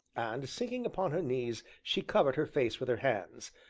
and, sinking upon her knees, she covered her face with her hands.